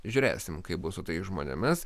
žiūrėsim kaip bus su tais žmonėmis